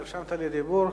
נרשמת לדיבור.